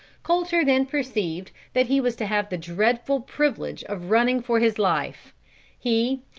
colter then perceived that he was to have the dreadful privilege of running for his life he,